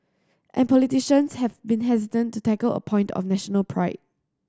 and politicians have been hesitant to tackle a point of national pride